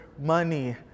money